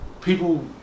people